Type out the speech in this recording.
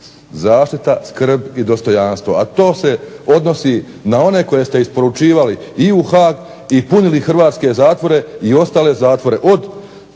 zaštita, skrb i dostojanstvo, a to se odnosi na one koje ste isporučivali i u Haag, i punili hrvatske zatvore i ostale zatvore